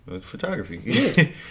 Photography